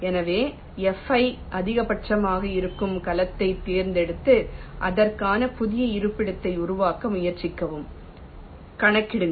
எனவே Fi அதிகபட்சமாக இருக்கும் கலத்தைத் தேர்ந்தெடுத்து அதற்கான புதிய இருப்பிடத்தை உருவாக்க முயற்சிக்கவும் கணக்கிடுங்கள்